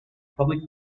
public